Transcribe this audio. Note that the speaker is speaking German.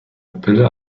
pille